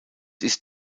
ist